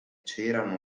c’erano